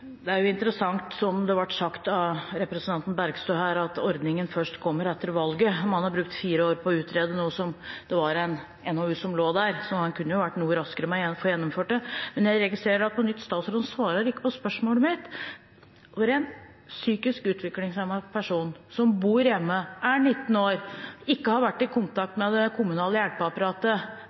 Det er interessant, som det ble sagt av representanten Bergstø her, at ordningen først kommer etter valget. Man har brukt fire år på å utrede. Det var en NOU som lå der, så en kunne jo vært noe raskere med å få gjennomført det. Jeg registrerer på nytt at statsråden ikke svarer på spørsmålet mitt. En psykisk utviklingshemmet person som bor hjemme, som er 19 år, og som ikke har vært i kontakt med det kommunale hjelpeapparatet